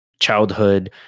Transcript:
childhood